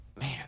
Man